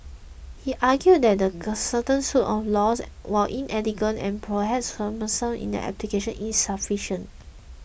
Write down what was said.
he argued that the current suite of laws while inelegant and perhaps cumbersome in their application is sufficient